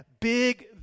big